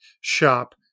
shop